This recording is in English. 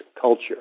culture